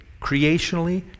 creationally